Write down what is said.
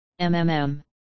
MMM